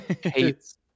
Hates